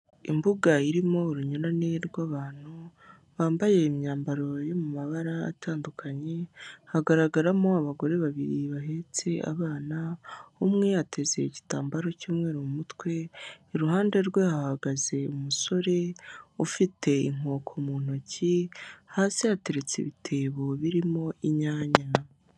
Imbuga irimo uruyurane rw'abantu bambaye imyambaro yo mu mabara atandukanye, hagaragaramo abagore babiri bahetse abana. Umwe ateze igitambaro cymweru umutwe iruhande rwe hahagaze umusore ufite inkoko mu ntoki, hasi hateretse ibitebo birimo inyanya.